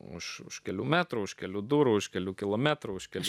už kelių metrų už kelių durų už kelių kilometrų užkelti